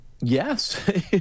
yes